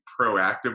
proactively